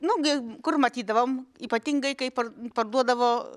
nugi kur matydavom ypatingai kai par parduodavo